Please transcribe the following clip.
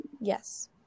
Yes